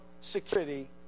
security